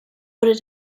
wurde